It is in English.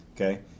Okay